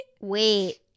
Wait